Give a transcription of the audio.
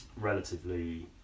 relatively